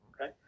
okay